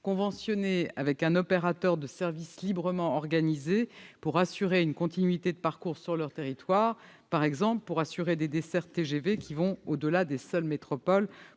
conventionner avec un opérateur de services librement organisés pour assurer une continuité de parcours sur leur territoire, afin, par exemple, d'assurer des dessertes TGV au-delà des seules métropoles,